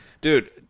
Dude